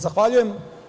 Zahvaljujem.